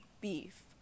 beef